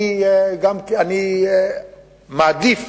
אני מעדיף